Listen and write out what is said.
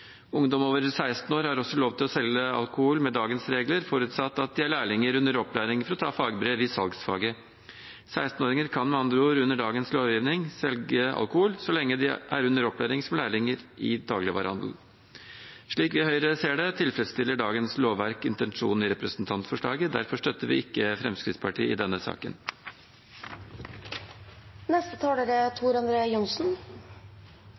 Ungdom over 16 år har også lov til å selge alkohol med dagens regler forutsatt at de er lærlinger under opplæring for å ta fagbrev i salgsfaget. 16-åringer kan med andre ord under dagens lovgivning selge alkohol så lenge de er under opplæring som lærlinger i dagligvarehandelen. Slik Høyre ser det, tilfredsstiller dagens lovverk intensjonen i representantforslaget. Derfor støtter vi ikke Fremskrittspartiet i denne